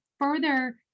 further